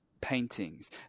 paintings